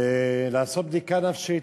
ולעשות בדיקה נפשית.